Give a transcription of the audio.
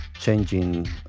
changing